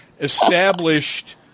established